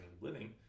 living